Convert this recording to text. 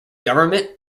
government